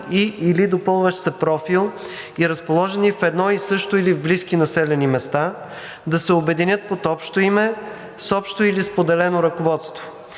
и/или допълващ се профил и разположени в едно и също или в близки населени места да се обединят под общо име с общо или споделено ръководство.